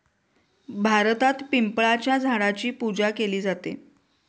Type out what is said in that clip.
भारतात पिंपळाच्या झाडाची पूजा केली जाते